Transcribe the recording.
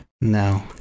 No